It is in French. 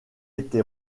été